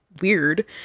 weird